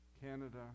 Canada